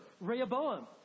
Rehoboam